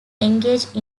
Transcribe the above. engaged